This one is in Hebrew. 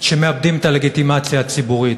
שמאבדים את הלגיטימציה הישראלית.